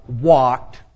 walked